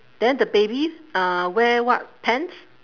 then the baby uh wear what pants